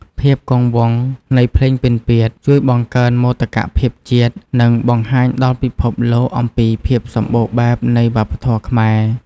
ភាពគង់វង្សនៃភ្លេងពិណពាទ្យជួយបង្កើនមោទកភាពជាតិ និងបង្ហាញដល់ពិភពលោកអំពីភាពសម្បូរបែបនៃវប្បធម៌ខ្មែរ។